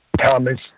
Thomas